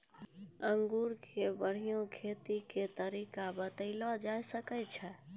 अंगूर के बढ़िया खेती के तकनीक बतइलो जाय छै